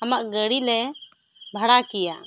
ᱟᱢᱟᱜ ᱜᱟᱹᱰᱤ ᱞᱮ ᱵᱷᱟᱲᱟ ᱠᱮᱭᱟ